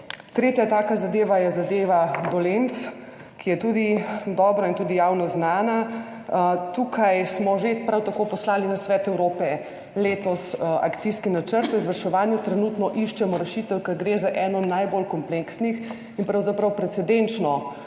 Tretja taka zadeva je zadeva Dolenc, ki je tudi dobro in tudi javno znana. Tukaj smo že prav tako poslali na Svet Evrope letos akcijski načrt o izvrševanju. Trenutno iščemo rešitev, ker gre za eno najbolj kompleksnih in pravzaprav precedenčno